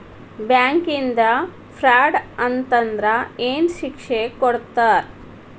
ಬ್ಯಾಂಕಿಂದಾ ಫ್ರಾಡ್ ಅತಂದ್ರ ಏನ್ ಶಿಕ್ಷೆ ಕೊಡ್ತಾರ್?